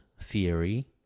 theory